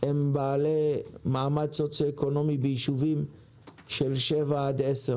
הם בעלי מעמד סוציו אקונומי בישובים של 7-10,